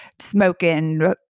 smoking